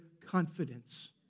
confidence